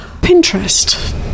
Pinterest